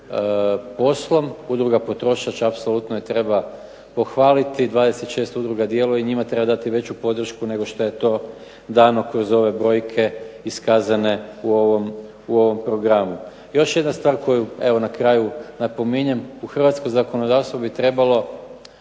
poslom. Udruga "Potrošač" apsolutno je treba pohvaliti, 26 udruga djeluje i njima treba dati veću podršku nego što je to dano kroz ove brojke iskazane u ovom programu. Još jedna stvar koju evo na kraju napominjem, u hrvatsko zakonodavstvo bi trebalo